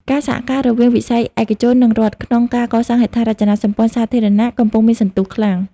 ការសហការរវាង វិស័យឯកជន និងរដ្ឋ ក្នុងការកសាងហេដ្ឋារចនាសម្ព័ន្ធសាធារណៈ កំពុងមានសន្ទុះខ្លាំង។